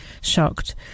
shocked